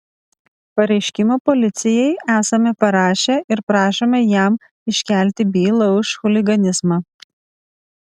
pareiškimą policijai esame parašę ir prašome jam iškelti bylą už chuliganizmą